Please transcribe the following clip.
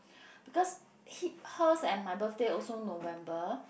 because he hers and my birthday also November